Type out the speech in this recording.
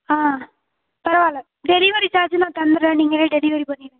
ஆ பரவாயில்லை delivery charge நான் தந்துடுறேன் நீங்களே டெலிவரி பண்ணிவிடுங்க